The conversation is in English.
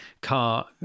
car